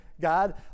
God